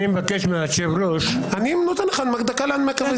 אני מבקש מהיושב-ראש --- אני נותן לך דקה להנמקה.